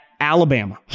Alabama